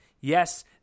yes